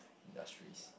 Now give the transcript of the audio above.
industries